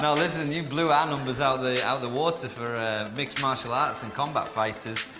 um listen, you blew our numbers out the out the water for mixed martial arts and combat fighters.